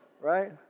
right